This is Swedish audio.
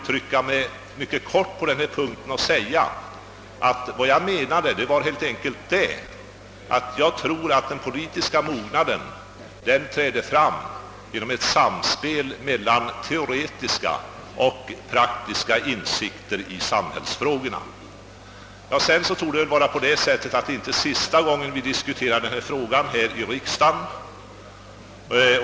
Vad jag menade var helt enkelt att jag tror att den politiska mognaden träder fram genom ett samspel mellan teoretiska och praktiska insikter i samhällsfrågor. Det torde inte vara sista gången vi diskuterar denna fråga här i riksdagen.